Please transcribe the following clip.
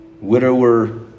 widower